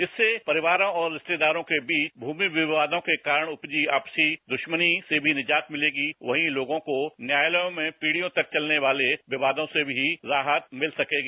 इससे परिवारों और रिश्तेदारों के बीच भूमि विवादों के कारण उपजी आपसी दुश्मनी से भी निजात भिलेगी वहीं लोगों को न्यायालयों में पीढ़ियों तक चलने वाले विवादों से भी राहत मिल सकेगी